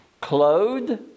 clothed